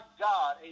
God